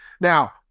Now